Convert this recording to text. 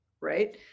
right